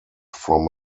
from